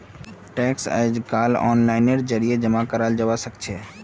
tax अइजकाल ओनलाइनेर जरिए जमा कराल जबा सखछेक